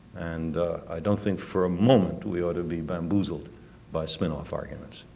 and i don't think for a moment we ought to be bamboozled by spin off arguments.